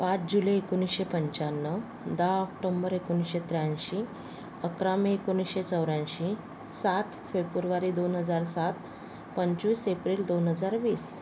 पाच जुलै एकोणीसशे पंच्याण्णव दहा ऑक्टोंबर एकोणीसशे त्र्याऐंशी अकरा मे एकोणीसशे चौऱ्याऐंशी सात फेब्रुवारी दोन हजार सात पंचवीस एप्रिल दोन हजार वीस